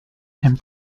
and